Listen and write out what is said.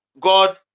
god